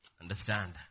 Understand